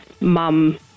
mum